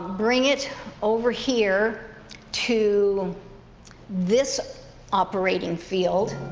bring it over here to this operating field.